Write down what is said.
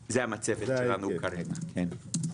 זה המצבת שלנו כרגע, כן.